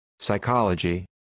psychology